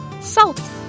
Salt